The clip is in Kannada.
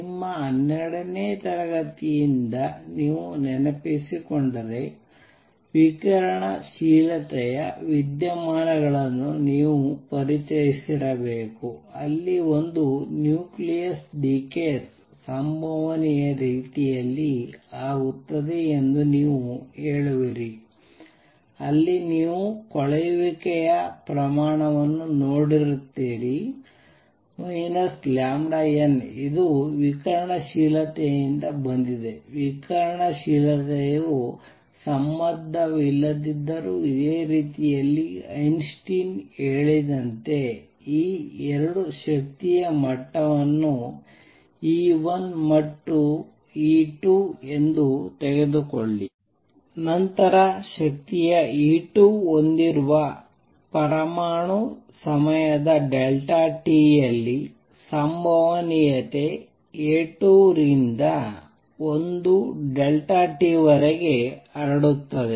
ನಿಮ್ಮ 12 ನೇ ತರಗತಿಯಿಂದ ನೀವು ನೆನಪಿಸಿಕೊಂಡರೆ ವಿಕಿರಣಶೀಲತೆಯ ವಿದ್ಯಮಾನಗಳನ್ನು ನೀವು ಪರಿಚಯಿಸಿರಬೇಕು ಅಲ್ಲಿ ಒಂದು ನ್ಯೂಕ್ಲಿಯಸ್ ಡೀಕೇಸ್ ಸಂಭವನೀಯ ರೀತಿಯಲ್ಲಿ ಆಗುತ್ತದೆ ಎಂದು ನೀವು ಹೇಳುವಿರಿ ಅಲ್ಲಿ ನೀವು ಕೊಳೆಯುವಿಕೆಯ ಪ್ರಮಾಣವನ್ನು ನೋಡುತ್ತೀರಿ λN ಇದು ವಿಕಿರಣಶೀಲತೆಯಿಂದ ಬಂದಿದೆ ವಿಕಿರಣಶೀಲತೆಯು ಸಂಬಂಧವಿಲ್ಲದಿದ್ದರೂ ಇದೇ ರೀತಿಯಲ್ಲಿ ಐನ್ಸ್ಟೈನ್ ಹೇಳಿದಂತೆ ಈ 2 ಶಕ್ತಿಯ ಮಟ್ಟವನ್ನು E 1 ಮತ್ತು E 2 ತೆಗೆದುಕೊಳ್ಳಿ ನಂತರ ಶಕ್ತಿಯ E 2 ಹೊಂದಿರುವ ಪರಮಾಣು ಸಮಯದ t ಯಲ್ಲಿ ಸಂಭವನೀಯತೆ A 2 ರಿಂದ 1 t ವರೆಗೆ ಹರಡುತ್ತದೆ